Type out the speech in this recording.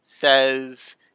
says